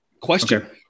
question